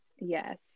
Yes